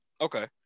Okay